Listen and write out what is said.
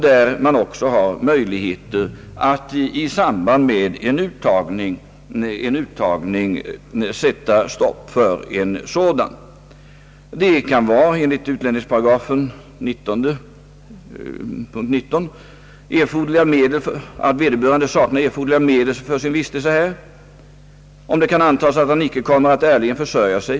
Det kan enligt utlänningslagens 198 vara befogat att sätta stopp för en invandring på grund av att vederbörande saknar erforderliga medel för sin vistelse här eller att det kan antagas att han inte kommer att ärligt försörja sig.